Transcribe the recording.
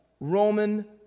Roman